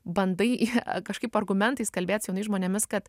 bandai kažkaip argumentais kalbėt su jaunais žmonėmis kad